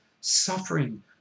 suffering